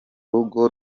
rugo